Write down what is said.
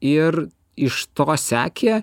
ir iš to sekė